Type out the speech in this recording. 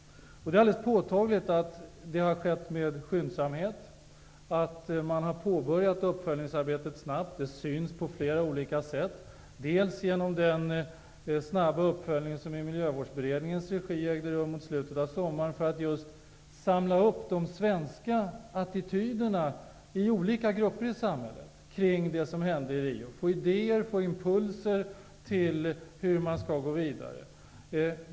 Det är påtagligt att det skett med skyndsamhet. Man har påbörjat uppföljningsarbetet snabbt. Det syns på flera olika sätt, bl.a. genom den snabba uppföljning i Miljövårdsberedningens regi som skedde i slutet av sommaren för att just fånga de svenska attityderna i de olika grupperna i samhället kring det som hände i Rio och för att få idéer och impulser till hur vi skall gå vidare.